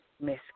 Miss